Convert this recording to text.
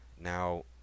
Now